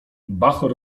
bachor